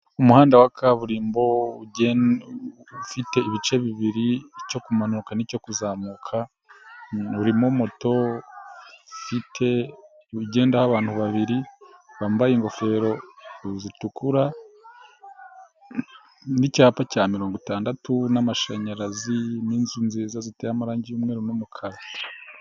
Umuhanda wa kaburimbo ufite ibice bibiri, icyo kumanuka, n'icyo kuzamuka, urimo moto ifite, igendaho abantu babiri, bambaye ingofero zitukura, n'.icyapa cya mirongo itandatu, n'amashanyarazi, n'inzu nziza ziteye amarangi y'umweru n'umukara.